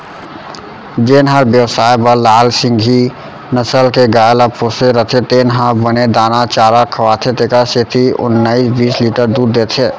जेन हर बेवसाय बर लाल सिंघी नसल के गाय ल पोसे रथे तेन ह बने दाना चारा खवाथे तेकर सेती ओन्नाइस बीस लीटर दूद देथे